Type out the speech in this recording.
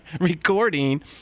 recording